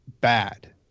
bad